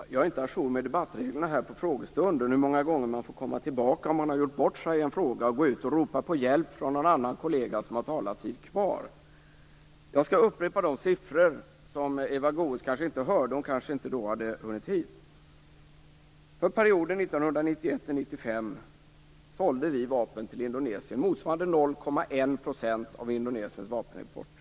Fru talman! Jag är inte à jour med debattreglerna för frågestunden. Hur många gånger får man komma tillbaka om man har gjort bort sig i en fråga, och gå ut och ropa på hjälp från någon annan kollega som har taletid kvar? Jag skall upprepa de siffror som Eva Goës kanske inte hörde. Hon kanske inte hade hunnit hit då de nämndes. Under perioden 1991-1995 sålde Sverige vapen till Indonesien för motsvarande 0,1 % av Indonesiens vapenimport.